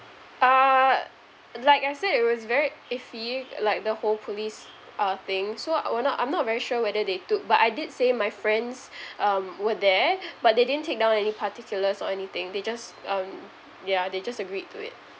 uh like I said it was very iffy like the whole police uh thing so I were not I'm not very sure whether they took but I did say my friends um were there but they didn't take down any particulars or anything they just um ya they just agreed to it